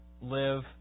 live